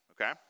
okay